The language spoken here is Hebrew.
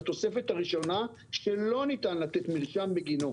בתוספת הראשונה שלא ניתן לתת מרשם בגינו,